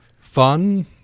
fun